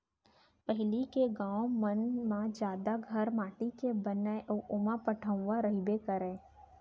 पहिली गॉंव मन म जादा घर माटी के बनय अउ ओमा पटउहॉं रइबे करय